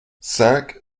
cinq